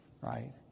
right